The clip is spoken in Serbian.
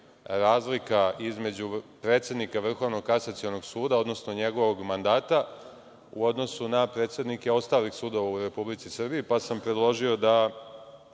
razlika između predsednika Vrhovnog Kasacionog suda, odnosno njegovog mandata, u odnosu na predsednike ostalih sudova u Republici Srbiji, pa sam predložio da